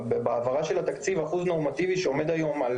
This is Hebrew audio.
בהעברה של התקציב אחוז נורמטיבי שעומד היום על